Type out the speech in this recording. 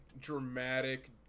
dramatic